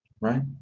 Right